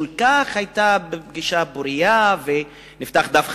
שהיתה פגישה כל כך פורייה ונפתח דף חדש,